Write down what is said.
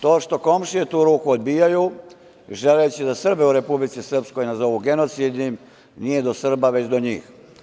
To što komšije tu ruku odbijaju, želeći da Srbe u Republici Srpskoj nazovu genocidnim, nije do Srba, već do njih.